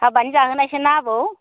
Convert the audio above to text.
हाबानि जाहोनायसोना आबौ